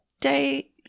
day